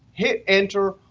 hit enter,